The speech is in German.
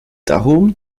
darum